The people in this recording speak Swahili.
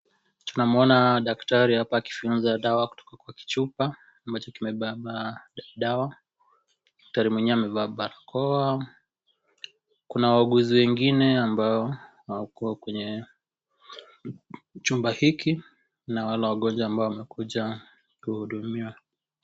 Tunamwona daktari hapa akifyonza dawa kutoka kwa kichupa, ambacho kimebeba dawa. Daktari mwenyewe amevalia barakoa. Kuna wauguzi wengine ambao hawakia kwenye chumba hiki, na Wala wagonjwa ambao wamekuja kuhudumia.